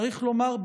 צריך לומר,